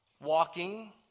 Walking